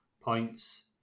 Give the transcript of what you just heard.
points